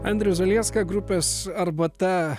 andrius zalieska grupės arbata